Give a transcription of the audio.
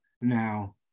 now